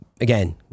Again